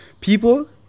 people